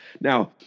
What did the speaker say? Now